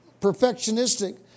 perfectionistic